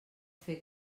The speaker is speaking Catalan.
fer